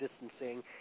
distancing